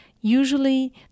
usually